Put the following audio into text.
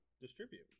distribute